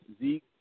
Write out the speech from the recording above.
Zeke